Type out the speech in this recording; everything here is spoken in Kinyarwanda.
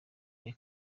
the